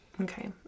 okay